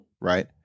right